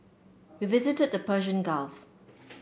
we visited the Persian Gulf